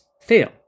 fail